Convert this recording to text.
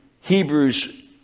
Hebrews